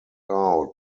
out